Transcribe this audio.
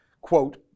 quote